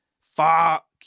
fuck